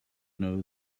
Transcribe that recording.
know